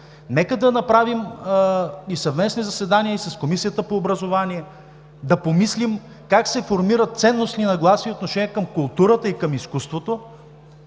нека да направим съвместни заседания и с Комисията по образование, да помислим как се формират ценностни нагласи и отношение към културата и към изкуството